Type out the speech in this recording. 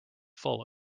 full